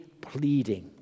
pleading